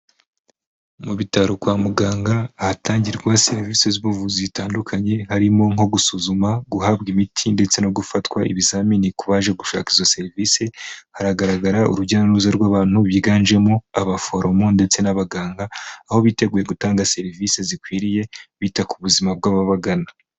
Mu bitaro kwa muganga, ahatangirwa serivisi z'ubuvuzi zitandukanye, harimo nko gusuzuma, guhabwa imiti ndetse no gufatwa ibizamini ku baje gushaka izo serivisi, haragaragara urujya n'uruza rw'abantu biganjemo abaforomo ndetse n'abaganga, aho biteguye gutanga serivisi zikwiriye, bita ku buzima bw'ababagana.